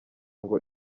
ngo